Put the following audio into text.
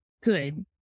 good